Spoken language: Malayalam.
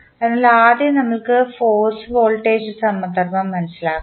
അതിനാൽ ആദ്യം നമുക്ക് ഫോഴ്സ് വോൾട്ടേജ് സമധർമ്മം മനസ്സിലാക്കാം